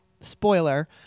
spoiler